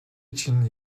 için